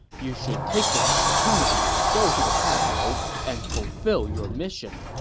you should take this opportunity to go to the capital and fulfill your mission.